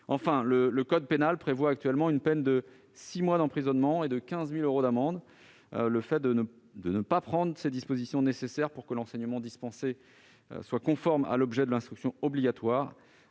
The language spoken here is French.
Enfin, le code pénal punit actuellement d'une peine de six mois d'emprisonnement et de 15 000 euros d'amende le fait de ne pas prendre les dispositions nécessaires pour que l'enseignement dispensé soit conforme à l'objet de l'instruction obligatoire.